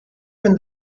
when